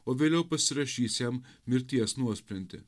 o vėliau pasirašys jam mirties nuosprendį